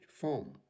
form